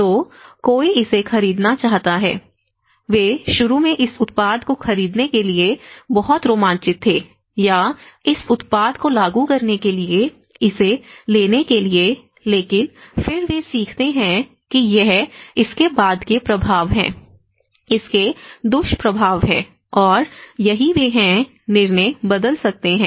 तो कोई इसे खरीदना चाहता है वे शुरू में इस उत्पाद को खरीदने के लिए बहुत रोमांचित थे या इस उत्पाद को लागू करने के लिए इसे लेने के लिए लेकिन फिर वे सीखते हैं कि यह इसके बाद के प्रभाव हैं इसके दुष्प्रभाव हैं और यही वे हैं निर्णय बदल सकते हैं